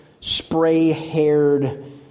spray-haired